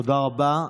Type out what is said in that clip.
תודה רבה.